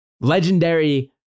legendary